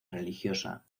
religiosa